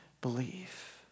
believe